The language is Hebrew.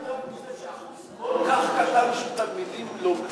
אתה לא מודאג מזה שאחוז כל כך קטן של תלמידים לומד ערבית?